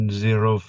zero